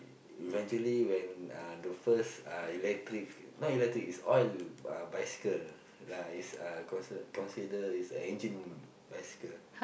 e~ eventually when uh the first uh electric not electric is oil uh bicycle lah is uh considered consider is a engine bicycle